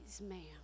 ma'am